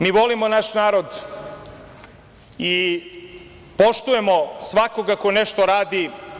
Mi volimo naš narod i poštujemo svakoga ko nešto radi.